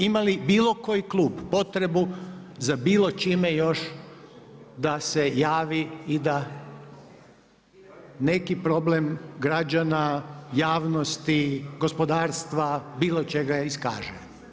Ima li bilo koji klub potrebu za bilo čime da se javi i da neki problem građana, javnosti, gospodarstva, bilo čega iskaže?